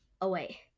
away